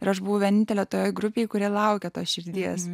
ir aš buvau vienintelė toje grupėje kurią laukiate širdies